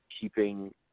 keeping